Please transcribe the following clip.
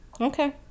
Okay